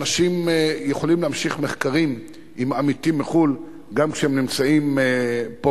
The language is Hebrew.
אנשים יכולים להמשיך מחקרים עם עמיתים מחו"ל גם כשהם נמצאים פה,